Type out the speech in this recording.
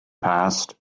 passed